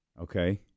Okay